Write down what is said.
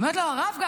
אני אומרת לו: הרב,